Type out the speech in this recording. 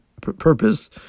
purpose